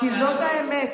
כי זאת האמת.